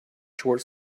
short